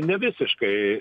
ne visiškai